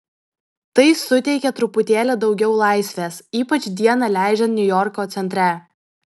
tai suteikia truputėlį daugiau laisvės ypač dieną leidžiant niujorko centre